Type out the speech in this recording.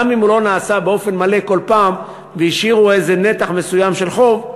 גם אם הוא לא נעשה באופן מלא כל פעם והשאירו איזה נתח מסוים של חוב.